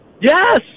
yes